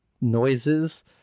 noises